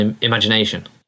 imagination